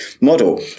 model